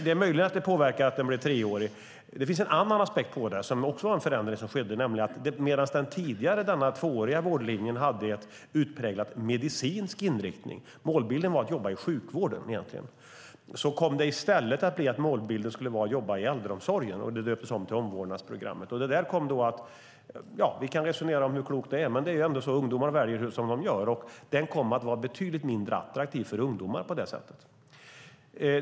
Det är möjligt att det var att den blev treårig som påverkade, men det finns en annan aspekt på detta också, och det är att medan den tidigare tvååriga utbildningen hade en utpräglat medicinsk inriktning - målbilden var att jobba i sjukvården - kom det i stället att bli att målbilden var att jobba i äldreomsorgen, och utbildningen döptes om till omvårdnadsprogrammet. Vi kan resonera om hur klokt det var. Ungdomar väljer som de gör, och den här utbildningen kom att bli betydligt mindre attraktiv för ungdomar i och med detta.